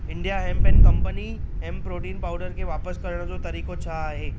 India hemp and company hemp protein powder खे वापसि करण जो तरीक़ो छा आहे